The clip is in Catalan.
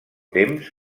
temps